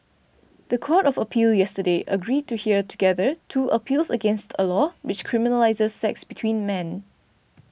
the Court of Appeal yesterday agreed to hear together two appeals against a law which criminalises sex between men